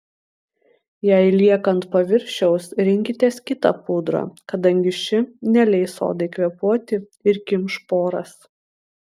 jei lieka ant paviršiaus rinkitės kitą pudrą kadangi ši neleis odai kvėpuoti ir kimš poras